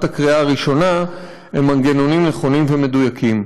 הקריאה הראשונה הם מנגנונים נכונים ומדויקים.